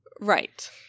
Right